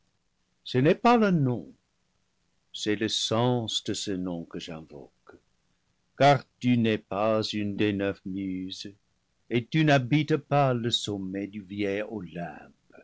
ce n'est pas le nom c'est le sens de ce nom que j'invoque car tu n'es pas une des neuf muses et tu n'habites pas le sommet du vieil